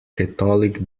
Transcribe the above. catholic